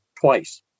twice